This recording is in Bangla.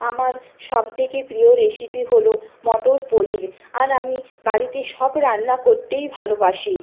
আমার সব থেকে প্রিয় রেসিপি হলো মটর পনির আর আমি বাড়িতে সব রান্না করতেই ভালোবসি